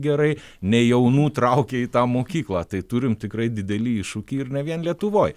gerai nei jaunų traukia į tą mokyklą tai turim tikrai dideli iššūkį ir ne vien lietuvoj